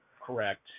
correct